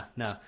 no